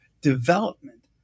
development